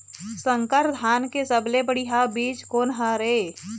संकर धान के सबले बढ़िया बीज कोन हर ये?